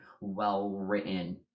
well-written